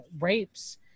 rapes